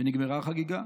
ונגמרה החגיגה,